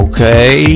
Okay